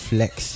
Flex